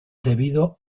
debido